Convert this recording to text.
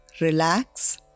relax